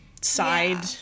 side